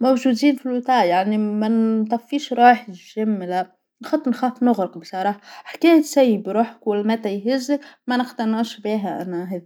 موجودين في الوتاع يعني ما نطفيش روح الجيم لا نحط نخاف نغرق الصراحة حكاية سيب روحك و المتا يهزك منقتنعش بيها أنا هيب.